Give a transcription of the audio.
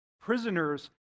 prisoners